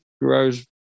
grows